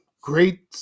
great